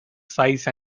size